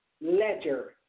ledger